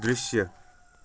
दृश्य